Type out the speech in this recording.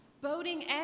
boating